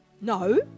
No